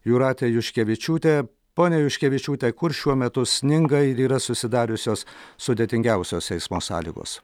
jūratė juškevičiūtė ponia juškevičiūte kur šiuo metu sninga ir yra susidariusios sudėtingiausios eismo sąlygos